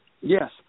Yes